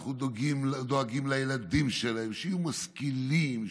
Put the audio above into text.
אנחנו דואגים לילדים שלהם שיהיו משכילים,